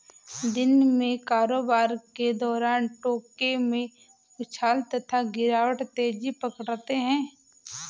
दिन में कारोबार के दौरान टोंक में उछाल तथा गिरावट तेजी पकड़ते हैं